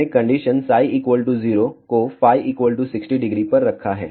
हमने कंडीशन 0 को φ 600 पर रखा है